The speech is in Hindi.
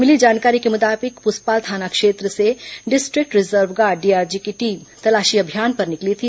मिली जानकारी के मुताबिक पुसपाल थाना क्षेत्र से डिस्ट्रिक्ट रिजर्व गार्ड डीआरजी की टीम तलाशी अभियान पर निकली थी